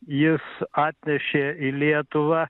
jis atnešė į lietuvą